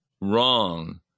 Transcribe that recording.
wrong